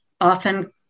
Often